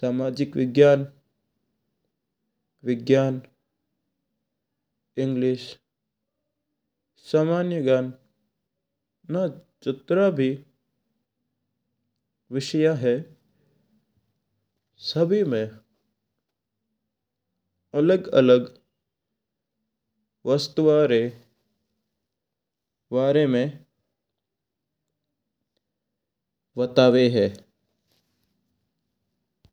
सामाजिक विज्ञान, विज्ञान, अंग्रेजी, सामान्य ज्ञान, न जातरा भी विषय है सभी मैं अलग-अलग वस्तुवारी बारे में ब्यातवा है।